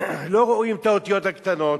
לא רואים את האותיות הקטנות.